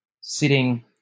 sitting